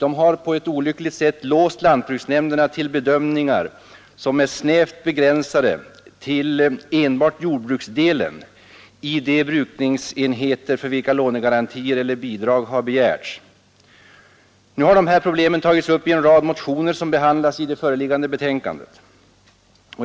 De har på ett olyckligt sätt låst lantbruksnämnderna till bedömningar som är snävt begränsade till enbart jordbruksdelen i de brukningsenheter för vilka lånegarantier eller bidrag begärts. Dessa problem har nu tagits upp i en rad motioner som behandlas i föreliggande betänkande.